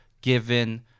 given